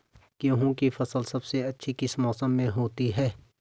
गेहूँ की फसल सबसे अच्छी किस मौसम में होती है